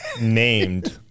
named